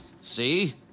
See